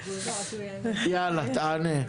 יאללה, תענה.